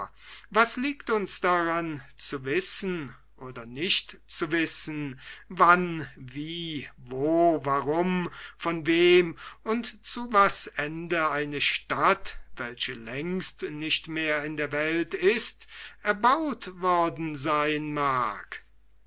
was liegt uns daran zu wissen oder nicht zu wissen wann wie wo warum von wem und zu was ende eine stadt welche längst nicht mehr in der welt ist erbaut worden sein mag